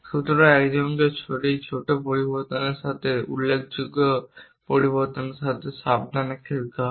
সুতরাং একজনকে এই ছোট পরিবর্তনের সাথে উল্লেখযোগ্য পরিবর্তনের সাথে সাবধানে খেলতে হবে